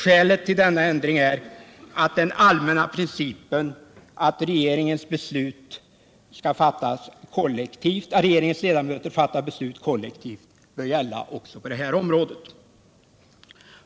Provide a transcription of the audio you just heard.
Skälet till denna ändring är att den allmänna principen att regeringens ledamöter fattar beslut kollektivt bör gälla också på det här området.